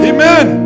Amen